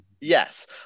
Yes